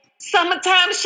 summertime